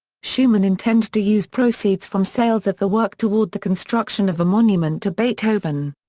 schumann intended to use proceeds from sales of the work toward the construction of a monument to beethoven.